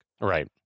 Right